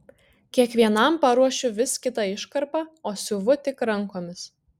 kiekvienam paruošiu vis kitą iškarpą o siuvu tik rankomis